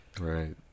Right